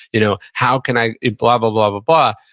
you know how can i blah, blah, blah, blah, blah.